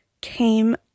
came